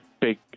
big